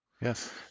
Yes